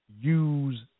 use